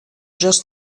just